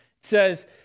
says